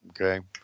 Okay